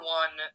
one